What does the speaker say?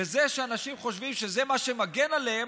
וזה שאנשים חושבים שזה מה שמגן עליהם,